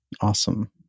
Awesome